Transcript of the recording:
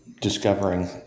discovering